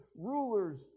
rulers